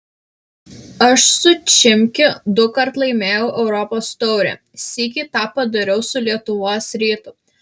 aš su chimki dukart laimėjau europos taurę sykį tą padariau su lietuvos rytu